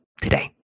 today